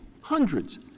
hundreds